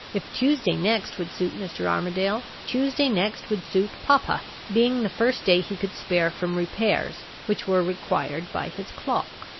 if tuesday next would suit mr. armadale, tuesday next would suit papa being the first day he could spare from repairs which were required by his clock.